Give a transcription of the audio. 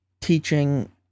teaching